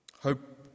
Hope